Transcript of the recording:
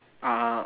uh